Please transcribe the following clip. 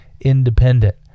independent